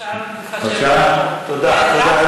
העזרה, תודה, תודה.